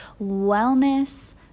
wellness